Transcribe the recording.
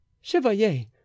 Chevalier